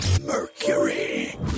Mercury